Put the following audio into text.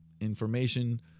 information